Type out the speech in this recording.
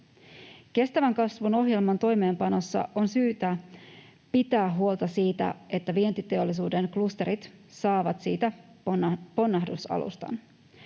Kestävän kasvun ohjelman toimeenpanossa on syytä pitää huolta siitä, että vientiteollisuuden klusterit saavat siitä ponnahdusalustan.